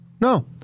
No